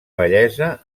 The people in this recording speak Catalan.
bellesa